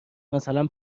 مثلا